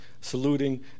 saluting